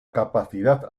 capacidad